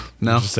No